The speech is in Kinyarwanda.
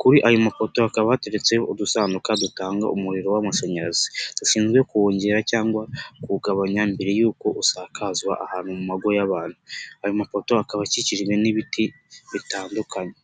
Kuri ayo mapoto hakaba hateretseho udusanduka dutanga umuriro w'amashanyarazi. Dushinzwe kuwongera cyangwa kuwugabanya mbere y'uko usakazwa ahantu mu mago y'abantu. Ayo mapoto akaba akikijwe n'ibiti bitandukanye.